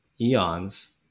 eons